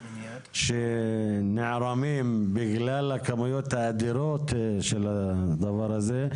שנערמים בגלל הכמויות האדירות של הדבר הזה.